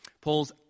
Paul's